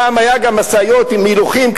פעם היו גם משאיות עם הילוכים,